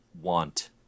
want